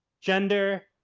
gender,